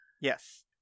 Yes